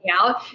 out